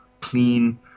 clean